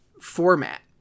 format